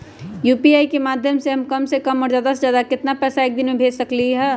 UPI के माध्यम से हम कम से कम और ज्यादा से ज्यादा केतना पैसा एक दिन में भेज सकलियै ह?